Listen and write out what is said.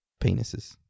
penises